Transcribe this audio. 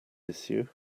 issue